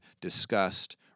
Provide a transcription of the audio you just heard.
discussed